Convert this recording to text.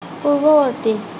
পূৰ্বৱৰ্তী